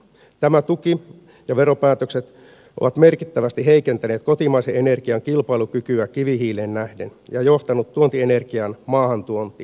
nämä tuki ja veropäätökset ovat merkittävästi heikentäneet kotimaisen energian kilpailukykyä kivihiileen nähden ja johtaneet tuontienergian maahantuontiin